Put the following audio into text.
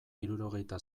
hirurogeita